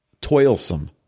toilsome